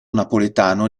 napoletano